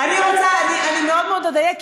אני מאוד מאוד אדייק,